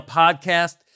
podcast